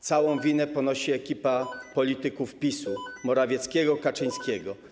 Całą winę ponosi ekipa polityków PiS, Morawiecki, Kaczyński.